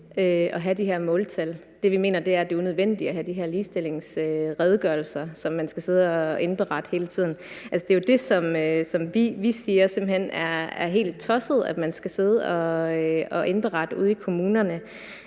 at have de her måltal. Det, vi mener, er, at det er unødvendigt at have de her ligestillingsredegørelser, som man skal sidde og indberette hele tiden. Altså, det er jo det, som vi siger simpelt hen er helt tosset, altså at man skal sidde og indberette ude i kommunerne.